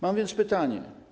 Mam więc pytanie.